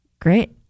Great